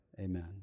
Amen